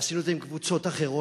עשינו את זה עם קבוצות אחרות.